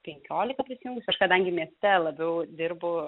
penkiolika prisijungusių aš kadangi mieste labiau dirbu